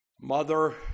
mother